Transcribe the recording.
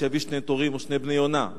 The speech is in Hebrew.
אז שיביא שני תורים או שני בני יונה.